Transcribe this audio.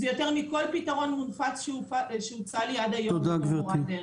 זה יותר מכל פתרון מונחת שהוצע לי עד היום כמורת דרך.